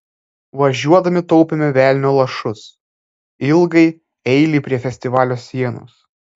važiuodami taupėme velnio lašus ilgai eilei prie festivalio sienos